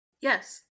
yes